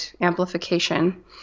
amplification